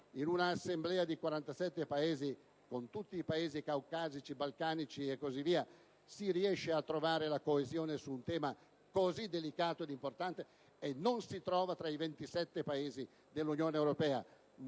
in un'Assemblea di 47 Paesi, con Paesi caucasici e balcanici, si riesce a trovare la coesione su un tema così delicato e importante, e non si trova tra i 27 Paesi dell'Unione europea?